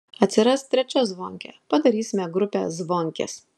atsiras trečia zvonkė padarysime grupę zvonkės